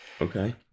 Okay